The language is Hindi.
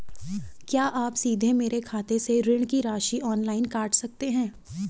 क्या आप सीधे मेरे खाते से ऋण की राशि ऑनलाइन काट सकते हैं?